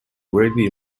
greatly